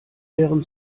wären